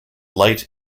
light